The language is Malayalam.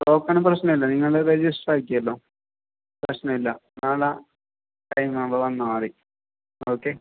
ടോക്കൺ പ്രശ്നം ഇല്ല നിങ്ങൾ രജിസ്റ്റർ ആക്കിയല്ലോ പ്രശ്നം ഇല്ല നാളെ പയിന്നാമ്പോ വന്നാൽ മതി ഓക്കെ